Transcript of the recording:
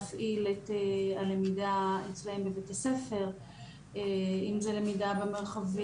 מעדיפים שהלמידה תהיה למידה פיזית והלמידה מרחוק